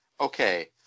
okay